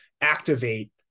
activate